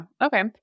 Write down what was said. Okay